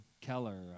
Keller